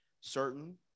certain